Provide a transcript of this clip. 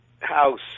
House